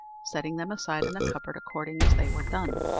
setting them aside in the cupboard according as they were done.